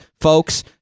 folks